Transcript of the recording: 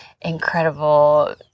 incredible